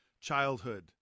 childhood